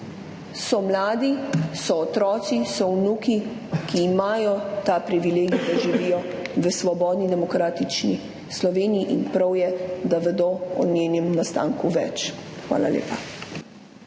so mladi, so otroci, so vnuki, ki imajo ta privilegij, da živijo v svobodni, demokratični Sloveniji, in prav je, da vedo o njenem nastanku več. Hvala lepa.